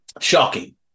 Shocking